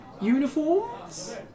uniforms